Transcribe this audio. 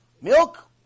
Milk